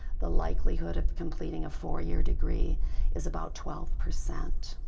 the likelihood of completing a four-year degree is about twelve percent.